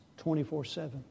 24-7